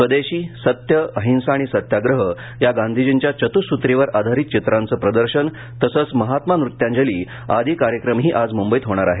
स्वदेशी सत्य अहिंसा आणि सत्याप्रह या गांधीजींच्या चतःसूत्रीवर आधारित चित्रांचं प्रदर्शन तसच महात्मा नृत्यांजली आदि कार्यक्रमही आज मुंबईत होणार आहेत